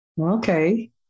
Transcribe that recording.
Okay